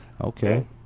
Okay